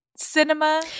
cinema